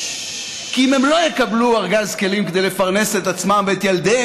כי אם הם לא יקבלו ארגז כלים כדי לפרנס את עצמם ואת ילדיהם,